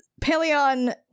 paleon